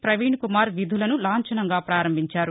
పవీణ్కుమార్ విధులను లాంచనంగా పారంభించారు